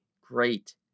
great